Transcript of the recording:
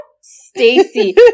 Stacy